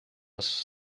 pas